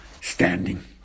standing